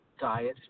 diet